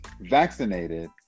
vaccinated